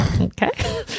okay